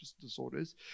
disorders